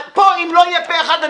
פה אם לא יהיה פה אחד,